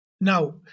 Now